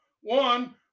One